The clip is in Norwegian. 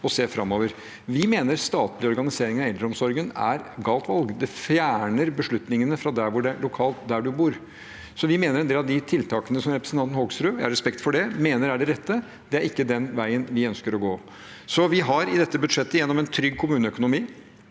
og ser framover. Vi mener at statlig organisering av eldreomsorgen er et galt valg. Det fjerner beslutningene fra der man bor. Så vi mener en del av de tiltakene som representanten Hoksrud mener er det rette – jeg har respekt for det – ikke er den veien vi ønsker å gå. Vi har i dette budsjettet, gjennom en trygg kommuneøkonomi,